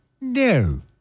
no